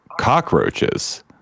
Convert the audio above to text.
cockroaches